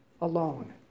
alone